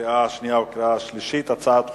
אנחנו נעבור להצבעה בקריאה שנייה ובקריאה שלישית